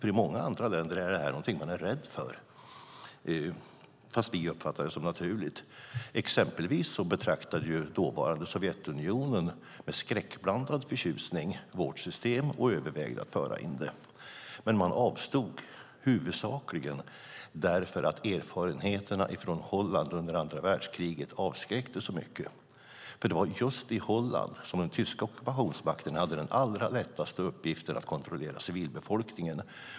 I många andra länder är detta något som man är rädd för. Dåvarande Sovjetunionen såg med skräckblandad förtjusning på vårt system och övervägde att införa det, men avstod huvudsakligen för att erfarenheterna från Holland under andra världskriget avskräckte. Det var just i Holland som den tyska ockupationsmakten hade det allra lättast att kontrollera civilbefolkningen.